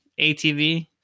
ATV